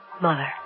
Mother